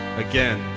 again,